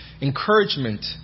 encouragement